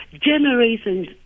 generations